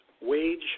wage